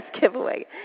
giveaway